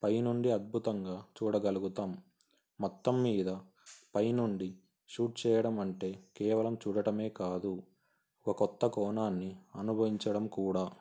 పైనుండి అద్భుతంగా చూడగలుగుతాం మొత్తం మీద పైనుండి షూట్ చేయడం అంటే కేవలం చూడటమే కాదు ఒక కొత్త కోణన్ని అనుభవించడం కూడా